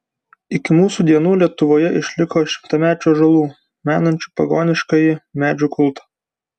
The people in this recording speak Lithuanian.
iki mūsų dienų lietuvoje išliko šimtamečių ąžuolų menančių pagoniškąjį medžių kultą